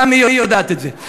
גם היא יודעת את זה.